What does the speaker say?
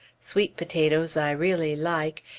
sweet potatoes i really like,